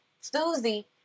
Susie